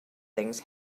things